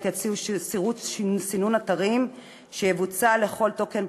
יציעו שירות סינון אתרים שיבוצע לכל תוכן